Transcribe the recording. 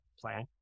plan